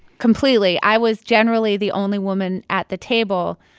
completely. i was generally the only woman at the table.